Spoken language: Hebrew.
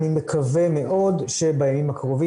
אני מקווה מאוד שבימים הקרובים,